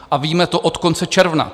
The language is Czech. A víme to od konce června.